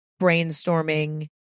brainstorming